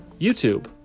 YouTube